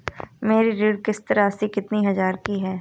मेरी ऋण किश्त राशि कितनी हजार की है?